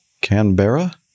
Canberra